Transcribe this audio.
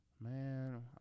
Man